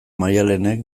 maialenek